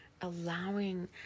allowing